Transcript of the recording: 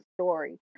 story